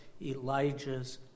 Elijah's